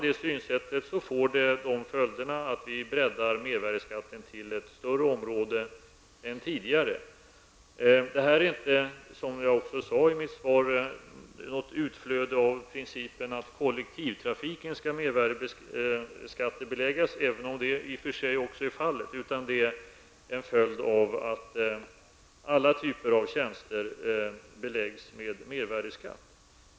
Det får till följd att vi breddar mervärdeskatten till ett större område än tidigare. Som jag sade i mitt svar är det här inte något utslag av principen att kollektivtrafiken skall mervärdeskattebeläggas, även om det i och för sig också är fallet, utan det är en följd av att alla typer av tjänster beläggs med mervärdeskatt.